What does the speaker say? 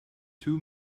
two